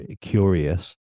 curious